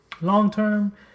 long-term